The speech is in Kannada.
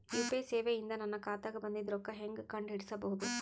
ಯು.ಪಿ.ಐ ಸೇವೆ ಇಂದ ನನ್ನ ಖಾತಾಗ ಬಂದಿದ್ದ ರೊಕ್ಕ ಹೆಂಗ್ ಕಂಡ ಹಿಡಿಸಬಹುದು?